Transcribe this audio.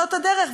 זאת הדרך,